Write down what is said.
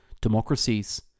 democracies